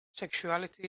sexuality